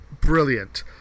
Brilliant